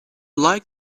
like